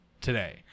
today